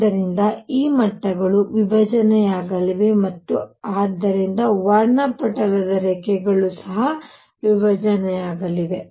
ಆದ್ದರಿಂದ ಈ ಮಟ್ಟಗಳು ವಿಭಜನೆಯಾಗಲಿವೆ ಮತ್ತು ಆದ್ದರಿಂದ ವರ್ಣಪಟಲದ ರೇಖೆಗಳು ಸಹ ವಿಭಜನೆಯಾಗಲಿವೆ